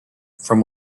from